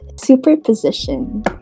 superposition